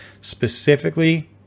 Specifically